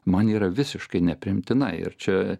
man yra visiškai nepriimtina ir čia